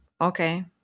Okay